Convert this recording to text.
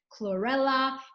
chlorella